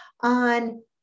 on